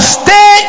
stay